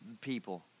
people